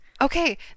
Okay